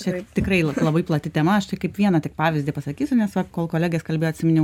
čia tikrai labai plati tema aš tai kaip vieną tik pavyzdį pasakysiu nes va kol kolegės kalbėjo atsiminiau